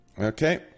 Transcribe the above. Okay